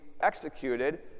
executed